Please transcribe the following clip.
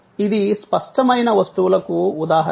ఇది స్పష్టమైన వస్తువులకు ఉదాహరణ